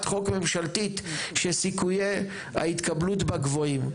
חוק ממשלתית שסיכויי ההתקבלות בה גבוהים.